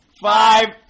five